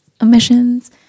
emissions